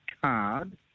card